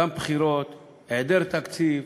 גם בחירות, היעדר תקציב,